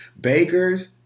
Baker's